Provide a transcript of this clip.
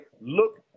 look